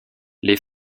les